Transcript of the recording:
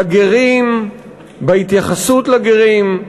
גרים, בהתייחסות לגרים.